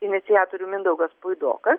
iniciatorių mindaugas puidokas